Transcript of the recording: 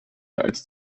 als